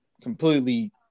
completely